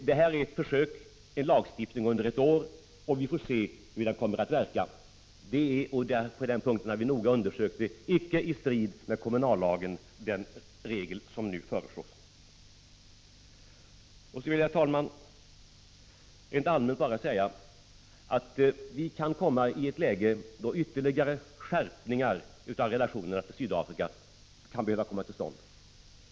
Det här är en lagstiftning på försök under ett år, och vi får se hur den kommer att verka. Den regel som nu föreslås är icke i strid med kommunallagen, den punkten har vi noga undersökt. Så vill jag, herr talman, bara rent allmänt säga att vi kan komma i ett läge då ytterligare skärpningar av relationerna till Sydafrika kan behöva komma till stånd.